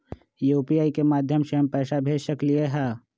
UPI के माध्यम से हम पैसा भेज सकलियै ह?